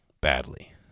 badly